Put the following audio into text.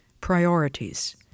priorities